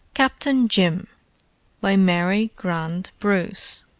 captain jim by mary grant bruce